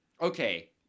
okay